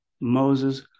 Moses